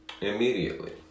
immediately